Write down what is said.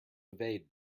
evade